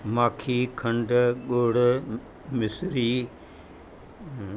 माखी खंडु ॻुड़ु मिसिरी